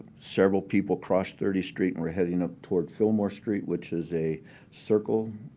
several people crossed thirtieth street and were heading up toward fillmore street, which is a circle.